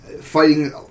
Fighting